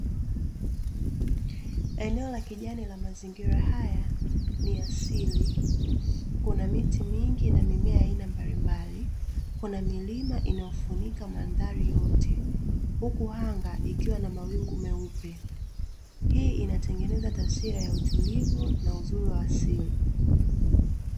Eneo la kijani la mazingira haya ni asili. Kuna miti mingi na mimea ya aina mbalimbali, kuna milima inayofunika mandhari yote huku anga likiwa na mawingu meupe. Hii inatengeneza taswira ya utulivu na uzuri wa asili.